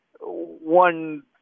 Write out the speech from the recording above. one